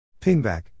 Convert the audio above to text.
Pingback